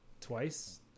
Twice